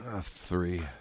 three